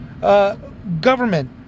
government